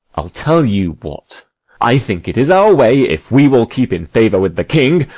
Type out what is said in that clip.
i'll tell you what i think it is our way, if we will keep in favour with the king,